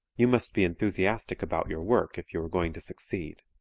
you must be enthusiastic about your work if you are going to succeed.